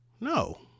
No